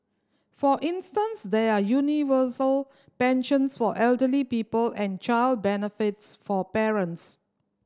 for instance there are universal pensions for elderly people and child benefits for parents